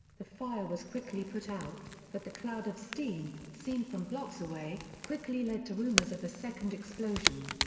the fire was quickly put out, but the cloud of steam, seen from blocks away, quickly led to rumours of a second explosion.